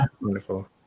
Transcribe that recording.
wonderful